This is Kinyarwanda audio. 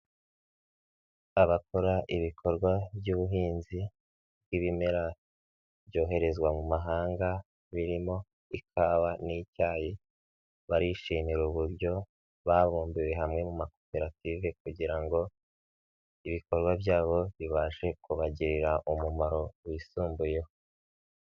Abakora ibikorwa by'ubuhinzi bw'ibimera byoherezwa mu mahanga birimo ikawa n'icyayi, barishimira uburyo babumbiwe hamwe mu makoperative kugira ngo ibikorwa byabo bibashe kubagirira umumaro wisumbuyeho.